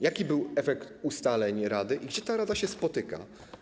Jaki był efekt ustaleń rady i gdzie ta rada się spotyka?